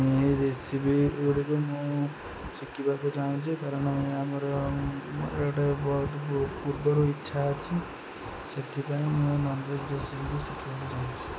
ଏହି ରେସିପିଗୁଡ଼ିକୁ ମୁଁ ଶିଖିବାକୁ ଚାହୁଁଛି କାରଣ ଆମର ଗୋଟେ ବହୁତ ପୂର୍ବରୁ ଇଚ୍ଛା ଅଛି ସେଥିପାଇଁ ମୁଁ ନନଭେଜ୍ ରେସିପି ଶିଖିବାକୁ ଚାହୁଁଛି